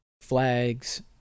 flags